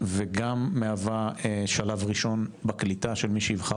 וגם מהווה שלב ראשון בקליטה של מי שיבחר